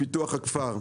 "פיתוח הכפר".